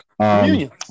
Communion